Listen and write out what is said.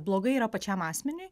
blogai yra pačiam asmeniui